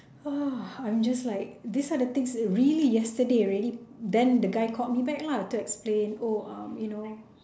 !wah! I'm just like these are the things really yesterday ready then the guy called me back lah to explain oh um you know